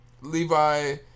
Levi